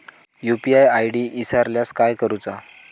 UPI ID इसरल्यास काय करुचा?